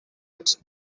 its